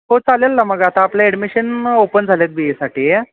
हो चालेल ना मग आता आपलं ॲडमिशन ओपन झाले आहेत बी एसाठी